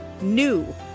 NEW